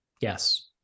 Yes